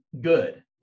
good